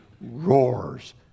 roars